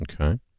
Okay